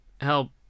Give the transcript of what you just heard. help